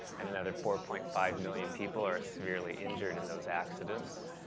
and another four point five million people are severely injured in those accidents.